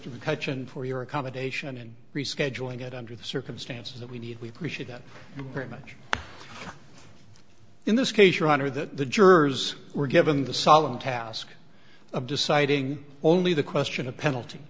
mccutcheon for your accommodation and rescheduling it under the circumstances that we need we appreciate it very much in this case your honor that the jurors were given the solemn task of deciding only the question of penalty